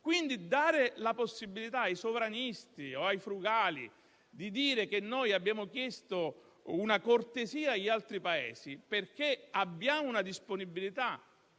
Quindi dare la possibilità ai sovranisti o ai frugali di dire che noi abbiamo chiesto una cortesia agli altri Paesi, perché abbiamo una disponibilità,